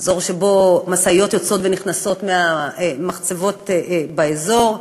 אזור שבו משאיות יוצאות ונכנסות מהמחצבות באזור.